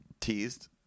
teased